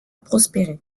prospérer